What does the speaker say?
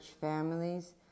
families